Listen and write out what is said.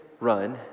run